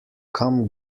kam